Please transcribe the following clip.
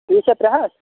fees چھا ترٛےٚ ہَتھ